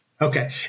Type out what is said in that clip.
Okay